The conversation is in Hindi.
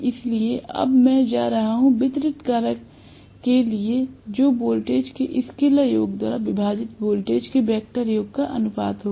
इसलिए अब मैं जा रहा हूं वितरण कारक के लिए जो वोल्टेज के स्केलर योग द्वारा विभाजित वोल्टेज के वेक्टर योग का अनुपात होगा